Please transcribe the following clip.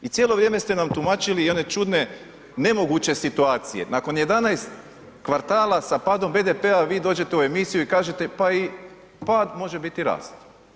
I cijelo vrijeme ste nam tumačili i one čudne nemoguće situacije, nakon 11 kvartala sa padom BDP-a vi dođete u emisiju i kažete, pa i pad može biti rast.